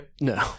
No